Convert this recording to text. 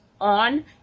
on